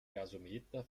gasometer